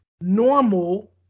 normal